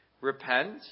repent